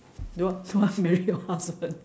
don't wa~ don't want marry your husband